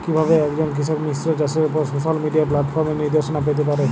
কিভাবে একজন কৃষক মিশ্র চাষের উপর সোশ্যাল মিডিয়া প্ল্যাটফর্মে নির্দেশনা পেতে পারে?